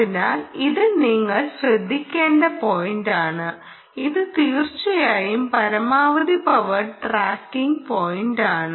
അതിനാൽ ഇത് നിങ്ങൾ ശ്രദ്ധിക്കേണ്ട പോയിൻ്റാണ് ഇത് തീർച്ചയായും പരമാവധി പവർ ട്രാക്കിംഗ് പോയിന്റാണ്